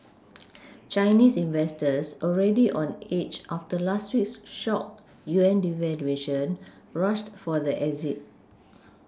Chinese investors already on edge after last week's shock yuan devaluation rushed for the exit